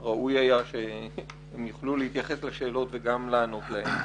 ומן הראוי היה שהם יוכלו להתייחס לשאלות וגם לענות עליהן.